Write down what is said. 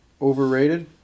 Overrated